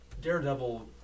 Daredevil